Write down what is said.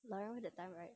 I remember that time right